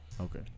okay